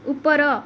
ଉପର